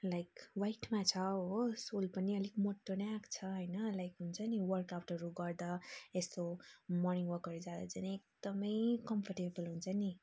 like वाइटमा छ हो सोल पनि अलिक मोटो नै आएको छ होइन लाइक हुन्छ नि वर्कआउटहरू गर्दा यस्तो मर्निङ वकहरू जाँदा चाहिँ नि एकदमै कम्फोर्टेबल हुन्छ नि